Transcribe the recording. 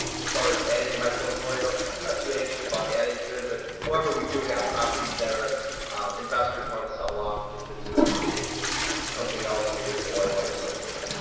as far as adding to my portfolio, i'm not too anxious about adding to it. but however, we do have properties that are investors want to sell off, because they want to get into something else. maybe it's oil or something.